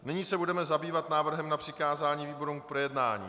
Nyní se budeme zabývat návrhem na přikázání výborům k projednání.